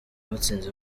abatsinze